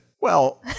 well-